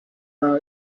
now